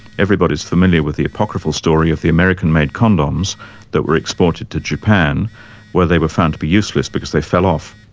everybody is familiar with the apocryphal story of the american-made condoms that were exported to japan where they were found to be useless because they fell off.